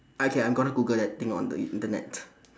okay I'm gonna Google that thing on the Internet